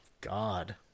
God